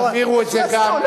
תעבירו את זה גם.